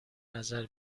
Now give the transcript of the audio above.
نظر